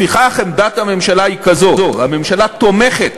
לפיכך, עמדת הממשלה היא כזו: הממשלה תומכת